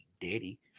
Daddy